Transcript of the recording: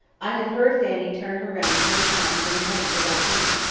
i have heard fanny turn her round twenty times in a morning about dinner,